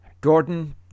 Gordon